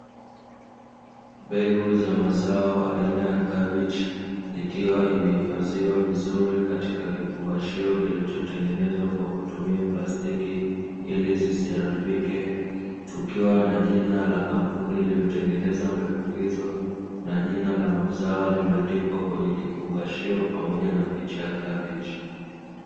Mbegu za mazao aina ya kabichi likiwa imehifadhiwa vizuri katika kifungashio kilichotengenezwa kwa kutumia plastiki ili zisiharibike, kukiwa na jina la kampuni iliyotengenezwa mbegu hizo na jina la mazao limeandikwa kwenye kifungashio pamoja na picha ya kabechi.